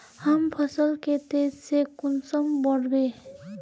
हम फसल के तेज से कुंसम बढ़बे?